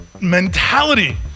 mentality